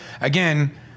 Again